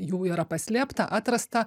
jų yra paslėpta atrasta